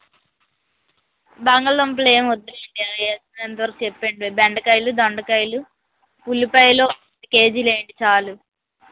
బంగాళదుంపలు ఏం వద్దులేండి అది వేసినంతవరకు చెప్పండి బెండకాయలు దొండకాయలు ఉల్లిపాయలు ఒక కేజీలు వేయండి చాలు